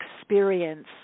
experience